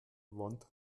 wand